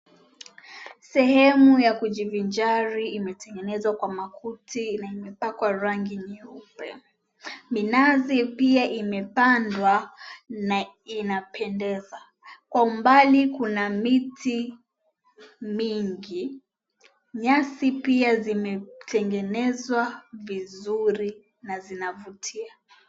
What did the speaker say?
Sehemu ya kujivinjari imetengenezwa kwa makuti na imepakwa rangi nyeupe. Minazi pia imepandwa na inapendeza. Kwa umbali kuna miti mingi, nyasi pia zimetengenezwa vizuri na zinavutia.